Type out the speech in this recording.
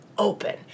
open